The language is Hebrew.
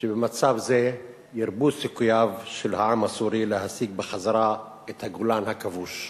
שבמצב זה ירבו סיכוייו של העם הסורי להשיג בחזרה את הגולן הכבוש,